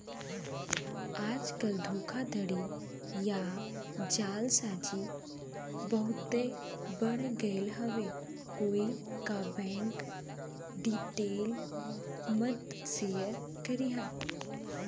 आजकल धोखाधड़ी या जालसाजी बहुते बढ़ गयल हउवे कोई क बैंक डिटेल मत शेयर करिहा